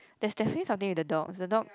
there's definitely something with the dogs the dog